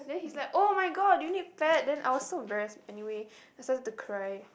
then he's like oh-my-god do you need pad then I was so embarrassed then anyway I started to cry